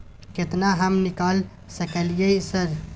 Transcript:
केतना हम निकाल सकलियै सर?